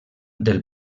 del